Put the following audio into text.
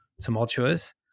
tumultuous